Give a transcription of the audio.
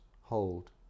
hold